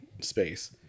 space